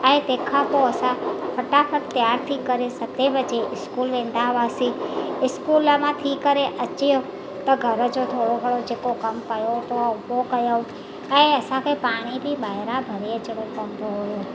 ऐं तंहिंखां पोइ असां फटाफट तयार थी करे सत बजे इस्कूल वेंदा हुआसीं इस्कूल मां थी करे अची वियो त घर जो थोरो घणो जेको कमु पयो त उहो कयूं ऐं असांखे पाणी बि ॿाहिरां भरे अचिणो पवंदो हुओ